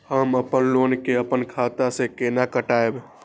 हम अपन लोन के अपन खाता से केना कटायब?